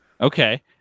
Okay